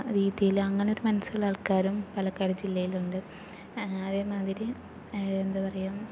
രീതിയിൽ അങ്ങനെയൊരു മനസ്സുള്ള ആൾക്കാരും പാലക്കാട് ജില്ലയിലുണ്ട് അതേമാതിരി എന്താ പറയുക